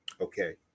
Okay